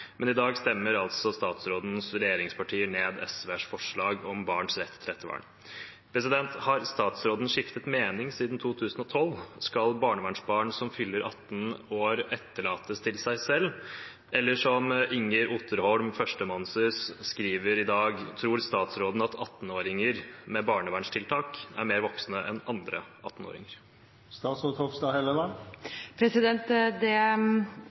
men i dag stemmer altså statsrådens regjeringspartier ned SVs forslag om barns rett til ettervern. Har statsråden skiftet mening siden 2012? Skal barnevernsbarn som fyller 18 år, overlates til seg selv? Eller som førsteamanuensis Inger Oterholm skriver i Dagbladet i dag: «Tror politikere at 18-åringer med barnevernstiltak er mer voksne enn andre